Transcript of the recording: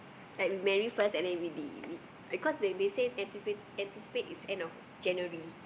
like we marry first and then we the we because they they say anticipate anticipate is end of January